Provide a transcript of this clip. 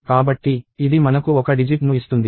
కాబట్టి ఇది మనకు ఒక డిజిట్ ను ఇస్తుంది